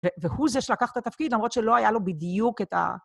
והוא זה שלקח את התפקיד למרות שלא היה לו בדיוק את ה...